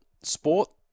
sport